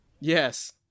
Yes